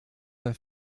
bei